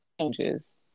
changes